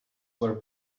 were